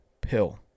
pill